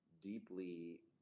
deeply